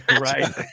Right